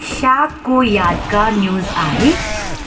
छा को यादिगारु न्यूज़ आहे